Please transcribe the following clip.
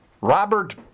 Robert